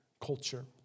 culture